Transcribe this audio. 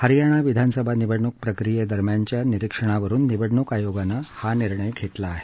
हरियाणा विधानसभा निवडणूक प्रक्रिये दरम्यानच्या निरिक्षणावरुन निवडणूक आयोगानं हा निर्णय घेतला आहे